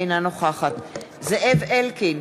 אינה נוכחת זאב אלקין,